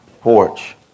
porch